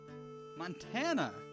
Montana